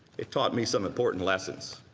it taught me some important lessons.